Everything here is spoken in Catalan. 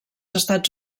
estats